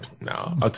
No